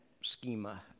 schema